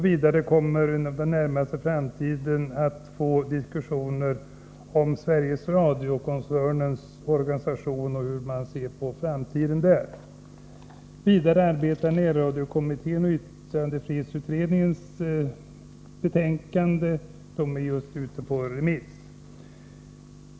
Vi kommer under den närmaste framtiden att få diskussioner om Sveriges Radio-koncernens organisation och hur man där ser på framtiden. Vidare arbetar närradiokommittén, och yttrandefrihetsutredningens betänkande är ute på remiss.